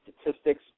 statistics